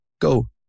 Go